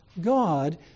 God